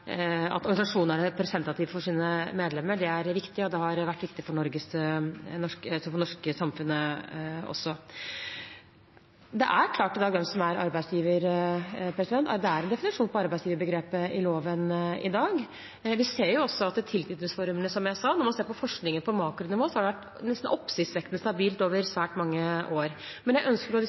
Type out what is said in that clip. organisasjonene er representative for sine medlemmer. Det er viktig, og det har også vært viktig for det norske samfunnet. Det er klart i dag hvem som er arbeidsgiver. Det er en definisjon av arbeidsgiverbegrepet i loven i dag. Vi ser også at når det gjelder tilknytningsformene, har det, som jeg sa, når man ser på forskningen på makronivå, vært nesten oppsiktsvekkende stabilt over svært mange år. Men jeg ønsker å